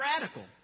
radical